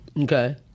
Okay